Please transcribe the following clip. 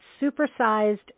supersized